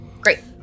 Great